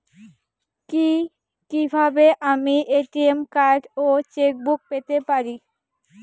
কি কিভাবে আমি এ.টি.এম কার্ড ও চেক বুক পেতে পারি?